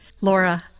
Laura